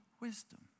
wisdom